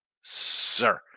sir